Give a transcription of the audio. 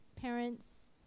parents